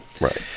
Right